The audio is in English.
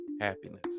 happiness